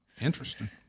interesting